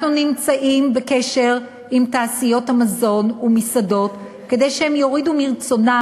אנחנו נמצאים בקשר עם תעשיות המזון והמסעדות כדי שהן יורידו מרצונן